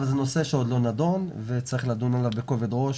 אבל זה נושא שעוד לא נדון וצריך לדון עליו בכובד ראש.